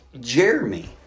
Jeremy